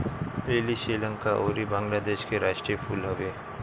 लीली श्रीलंका अउरी बंगलादेश के राष्ट्रीय फूल हवे